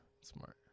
smart